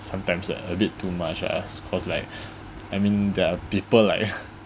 sometimes a a bit too much lah cause like I mean there are people like